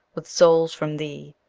with souls from thee,